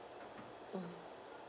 mm